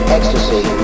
Ecstasy